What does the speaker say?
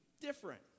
different